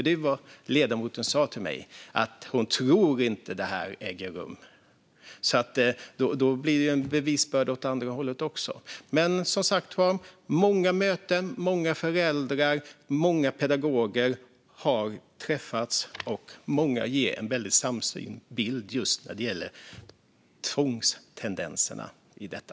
Det är ju vad hon sa till mig: Hon tror inte att detta äger rum. Då blir det ju en bevisbörda åt andra hållet också. Som sagt har det varit många möten. Många föräldrar och många pedagoger har träffats, och många har en samsyn just när det gäller tvångstendenserna i detta.